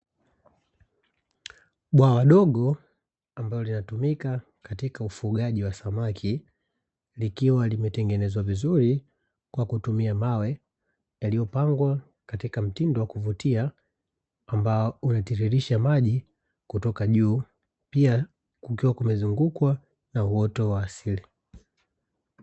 Bwawa dogo ambalo linatumika katika ufugaji wa samaki, likiwa limetengenezwa vizuri kwa kukutumia mawe yaliyopangwa katika mtindo wa kuvutia, ambao unatiririsha maji kutoka juu, pia kukiwa kumezungukwa na uoto wa asili.